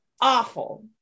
awful